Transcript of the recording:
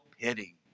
pity